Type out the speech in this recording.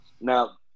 Now